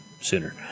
sooner